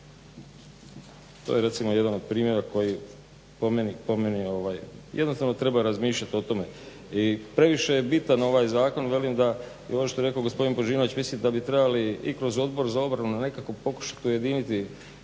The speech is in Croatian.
To je recimo jedan od primjera koji po meni jednostavno treba razmišljati o tome. I previše je bitan ovaj zakon velim da, i ovo što je rekao gospodin Božinović, mislim da bi trebali i kroz Odbor za obranu nekako pokušati ujediniti